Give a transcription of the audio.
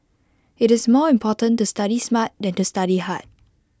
IT is more important to study smart than to study hard